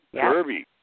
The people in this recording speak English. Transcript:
Kirby